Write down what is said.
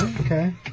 Okay